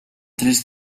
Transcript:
tres